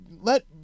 let